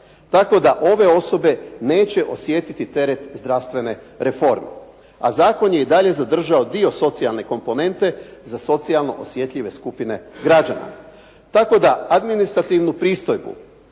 Tako da ove osobe neće osjetiti teret zdravstvene reforme. A zakon je i dalje zadržao dio socijalne komponente za socijalno osjetljive skupine građana. Tako da administrativnu pristojbu